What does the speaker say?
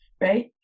right